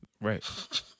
Right